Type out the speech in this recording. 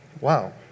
Wow